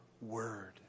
word